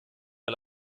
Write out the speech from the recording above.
der